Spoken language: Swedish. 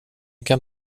kan